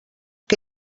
què